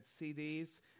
CDs